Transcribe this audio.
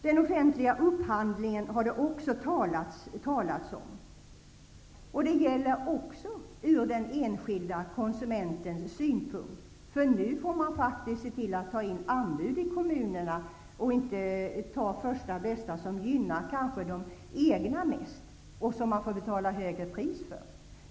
Det har också talats om den offentliga upphandlingen. Även här gäller det en enskilda konsumenten. Nu måste kommunerna ta in anbud och kanske inte göra första bästa affär, som kanske gynnar de egna mest och som man får betala ett högre pris för.